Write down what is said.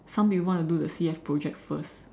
some people want to do the C_F project first